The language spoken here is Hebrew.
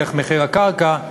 דרך מחיר הקרקע,